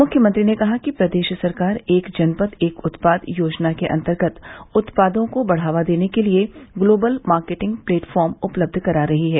मुख्यमंत्री ने कहा कि प्रदेश सरकार एक जनपद एक उत्पाद योजना के अन्तर्गत उत्पादों को बढ़ावा देने के लिये ग्लोबल मार्केटिंग प्लेटफार्म उपलब्ध करा रही है